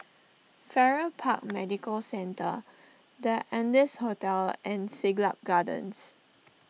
Farrer Park Medical Centre the Ardennes Hotel and Siglap Gardens